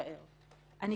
ניסיון לרצח.